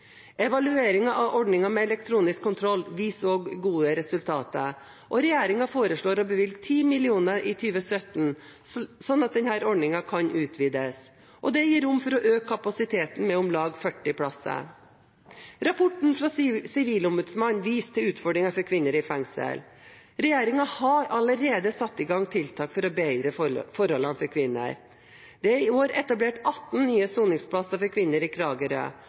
av ordningen med elektronisk kontroll viser gode resultater, og regjeringen foreslår å bevilge 10 mill. kr i 2017, slik at denne ordningen kan utvides. Det gir rom for å øke kapasiteten med om lag 40 plasser. Rapporten fra Sivilombudsmannen viser til utfordringer for kvinner i fengsel. Regjeringen har allerede satt i gang tiltak for å bedre forholdene for kvinner. Det er i år etablert 18 nye soningsplasser for kvinner i Kragerø,